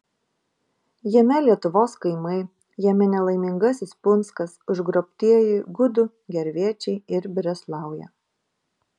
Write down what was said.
jame lietuvos kaimai jame nelaimingasis punskas užgrobtieji gudų gervėčiai ir breslauja